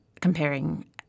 comparing